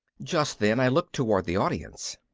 just then i looked toward the audience.